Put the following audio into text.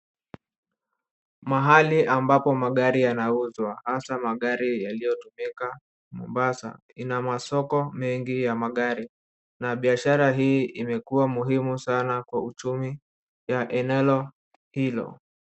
Mahali ambapo magari yanauzwa hasa magari yaliyotumika Mombasa. Ina masoko mengi ya magari na biashara hii imekuwa muhimu sana kwa uchumi wa eneo hilo.